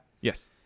Yes